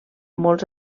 molts